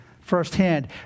firsthand